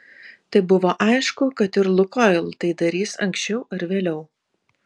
tai buvo aišku kad ir lukoil tai darys anksčiau ar vėliau